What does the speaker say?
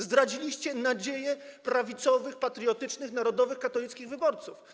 Zdradziliście nadzieje prawicowych, patriotycznych, narodowych, katolickich wyborców.